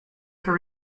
her